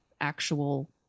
actual